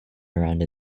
around